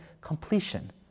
completion